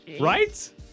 Right